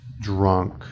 drunk